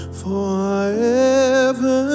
forever